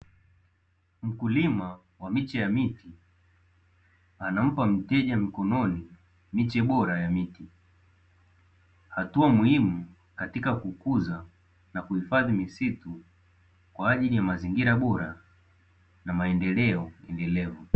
Mkulima wa miche ya miti anampa mteja mkononi miche bora ya miti, hatua muhimu katika kukuza na kuhifadhi misitu kwa ajili ya mazingira bora na maendeleo endelevu.